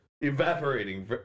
evaporating